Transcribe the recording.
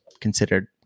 considered